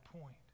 point